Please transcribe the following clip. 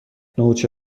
نوچه